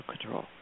control